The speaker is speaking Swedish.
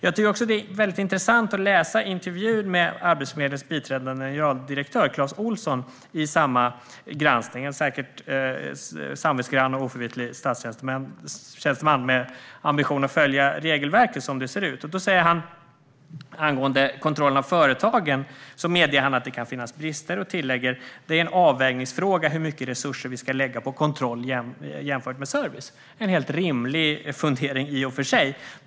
Det är även väldigt intressant att läsa intervjun med Arbetsförmedlingens biträdande generaldirektör, Clas Olsson, i samma granskning. Han är säkert en samvetsgrann och oförvitlig statstjänsteman med ambition att följa regelverket som det ser ut. Han medger att det angående kontroll av företagen kan finnas brister och tillägger: "Det är en avvägningsfråga hur mycket resurser vi ska lägga på kontroller jämfört med service." Det är i och för sig en helt rimlig fundering.